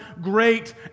great